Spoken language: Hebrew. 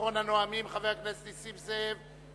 אחרון הנואמים, חבר הכנסת נסים זאב.